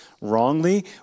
wrongly